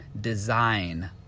design